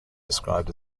described